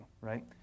right